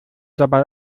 dabei